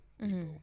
people